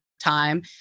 time